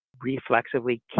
reflexively